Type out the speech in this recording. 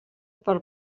per